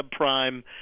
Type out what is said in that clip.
subprime